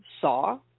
saw